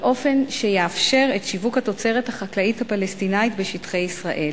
באופן שיאפשר את שיווק התוצרת החקלאית הפלסטינית בשטחי ישראל.